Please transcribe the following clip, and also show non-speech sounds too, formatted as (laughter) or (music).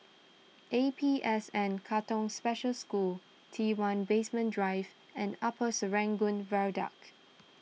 A P S N Katong Special School T one Basement Drive and Upper Serangoon Viaduct (noise)